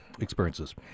experiences